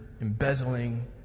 embezzling